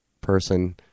person